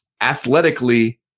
athletically